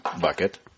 bucket